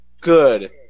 good